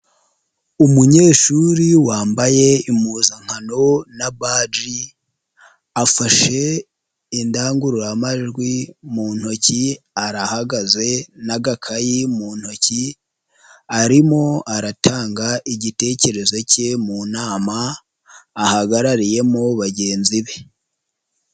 Umunyeshuri wambaye impuzankano na baji, afashe indangururamajwi mu ntoki arahagaze n'agakayi mu ntoki, arimo aratanga igitekerezo ke mu nama ahagarariyemo bagenzi be.